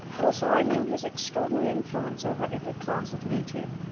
also i knew his extraordinary influence over every class of native,